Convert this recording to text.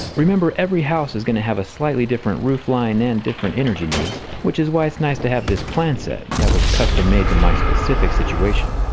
remember, every house is going to have a slightly different roof line and different energy needs which is why it's nice to have this plan set that was custom made to my specific situation.